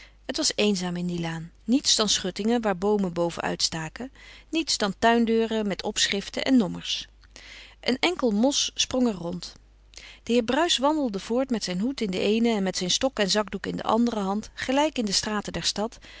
het was eenzaam in die laan niets dan schuttingen waar boomen boven uitstaken niets dan tuindeuren met opschriften en nommers een enkele mosch sprong er rond de heer bruis wandelde voort met zijn hoed in de eene en met zijn stok en zakdoek in de andere hand gelijk in de straten der stad